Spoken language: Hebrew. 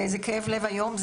זה כאב לב איום.